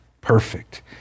perfect